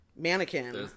Mannequin